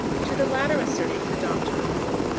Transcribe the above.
to the latter assertion the doctor agreed,